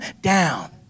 down